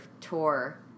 tour